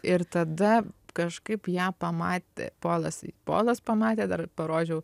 ir tada kažkaip ją pamatė polas polas pamatė dar parodžiau